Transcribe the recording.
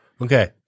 Okay